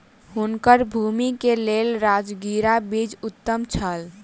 हुनकर भूमि के लेल राजगिरा बीज उत्तम छल